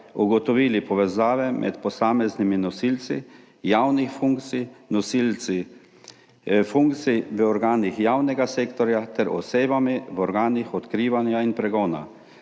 ugotovili povezave med posameznimi nosilci javnih funkcij, nosilci funkcij v organih javnega sektorja ter osebami v organih odkrivanja in pregona,